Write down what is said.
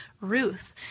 Ruth